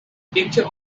picture